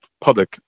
public